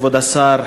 כבוד השר,